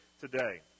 today